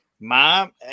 Mom